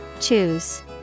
Choose